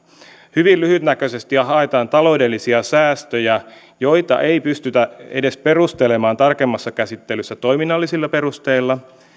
hyvin lyhytnäköisesti haetaan taloudellisia säästöjä joita ei pystytä edes perustelemaan tarkemmassa käsittelyssä toiminnallisilla perusteilla